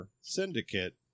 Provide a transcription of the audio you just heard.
Syndicate